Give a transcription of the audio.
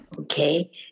Okay